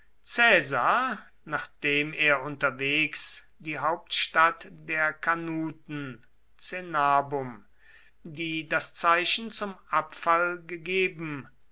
nachdem er unterwegs die hauptstadt der carnuten cenabum die das zeichen zum abfall gegeben